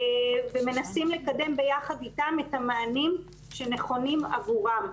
ומנסים לקדם ביחד איתם את המענים שנכונים עבורם.